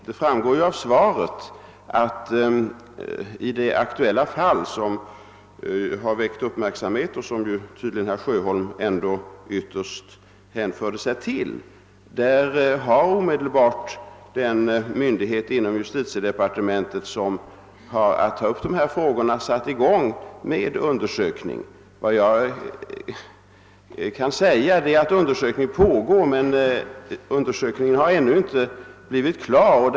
Det framgår ju också av svaret att i det aktuella fall som har väckt uppmärksamhet och som tydligen herr Siöholm ytterst åsyftade har den myndighet inom justitiedepartementet som har att ta upp dessa frågor omedelbart startat en undersökning. Undersökning pågår alltså, men den har ännu inte blivit färdig.